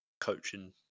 coaching